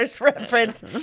reference